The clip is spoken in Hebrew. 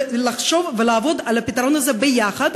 ולחשוב ולעבוד על הפתרון הזה ביחד,